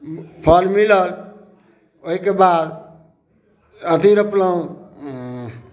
फल मिलल ओइके बाद अथी रोपलहुँ